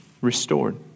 restored